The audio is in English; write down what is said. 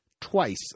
Twice